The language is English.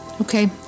Okay